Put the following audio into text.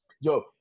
yo